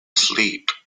sleep